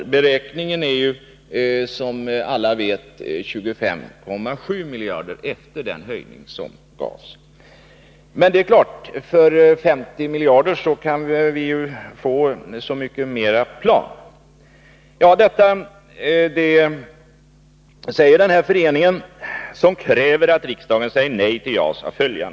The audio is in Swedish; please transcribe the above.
Enligt beräkningen är ju beloppet, som alla vet, 25,7 miljarder efter den höjning som gjorts, som vi nu skall ta beslut om. Men det är klart att vi för 50 miljarder kan få så många fler plan. Detta säger denna förening och kräver att riksdagen säger nej till JAS och ger några skäl.